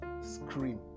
scream